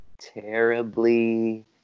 terribly